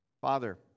Father